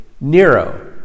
Nero